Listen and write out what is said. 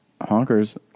honkers